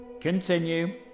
Continue